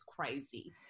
crazy